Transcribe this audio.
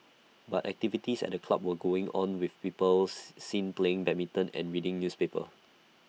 but activities at the club were going on with people seen playing badminton and reading newspapers